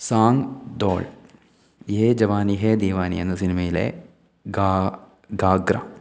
സാന്തോൾ യേ ജവാനി ഹേ ദിവാനി എന്ന സിനിമയിലെ ഗാ ഗാഗ്ര